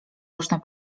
można